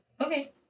Okay